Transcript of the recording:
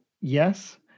Yes